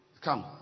Come